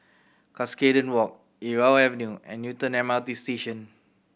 Cuscaden Walk Irau Avenue and Newton M R T Station